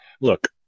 look